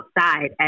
outside